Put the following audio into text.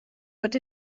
but